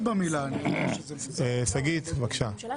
במילה שלו עד הפרור האחרון - שאפו.